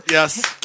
Yes